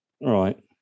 Right